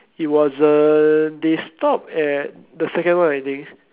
it wasn't they stop at the second one I think